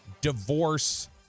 divorce